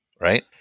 right